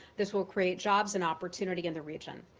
this will create jobs and opportunity in the region.